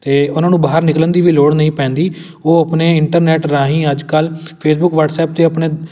ਅਤੇ ਉਹਨਾਂ ਨੂੰ ਬਾਹਰ ਨਿਕਲਣ ਦੀ ਵੀ ਲੋੜ ਨਹੀਂ ਪੈਂਦੀ ਉਹ ਆਪਣੇ ਇੰਟਰਨੈੱਟ ਰਾਹੀਂ ਅੱਜ ਕੱਲ੍ਹ ਫੇਸਬੁੱਕ ਵਟਸਐਪ 'ਤੇ ਆਪਣੇ